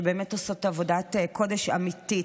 שעושות באמת עבודת קודש אמיתית,